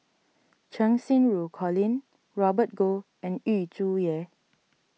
Cheng Xinru Colin Robert Goh and Yu Zhuye